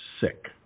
sick